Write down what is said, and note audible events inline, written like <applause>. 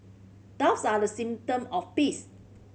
doves are the <unintelligible> of peace